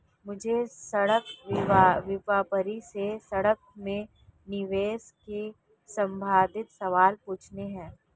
मुझे स्टॉक व्यापारी से स्टॉक में निवेश के संबंधित सवाल पूछने है